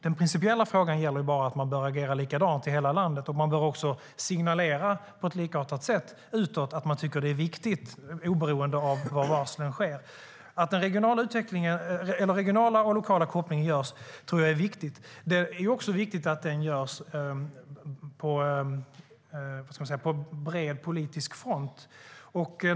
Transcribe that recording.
Den principiella frågan handlar om att man bör agera likadant i hela landet och också signalera på ett likartat sätt utåt, att man tycker att det är viktigt oberoende av vad som sker. Att den regionala och lokala kopplingen görs tror jag är viktigt. Det är också viktigt att den görs på bred politisk front.